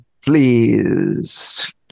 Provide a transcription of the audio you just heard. please